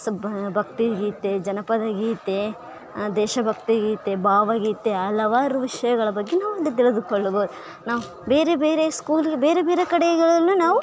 so ಭಕ್ತಿಗೀತೆ ಜನಪದ ಗೀತೆ ದೇಶ ಭಕ್ತಿಗೀತೆ ಭಾವಗೀತೆ ಹಲವಾರು ವಿಷಯಗಳ ಬಗ್ಗೆ ನಾವು ಇಲ್ಲಿ ತಿಳಿದುಕೊಳ್ಳಬಹುದು ನಾವು ಬೇರೆ ಬೇರೆ ಸ್ಕೂಲ್ ಬೇರೆ ಬೇರೆ ಕಡೆಗಳಲ್ಲಿ ನಾವು